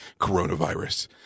coronavirus